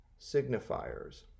Signifiers